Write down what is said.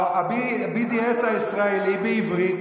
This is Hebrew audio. ה-BDS הישראלי, בעברית,